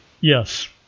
Yes